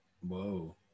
Whoa